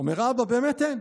אומר האבא: באמת אין.